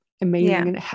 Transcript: amazing